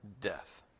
death